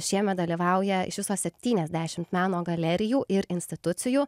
šiemet dalyvauja iš viso septyniasdešimt meno galerijų ir institucijų